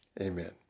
Amen